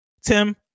Tim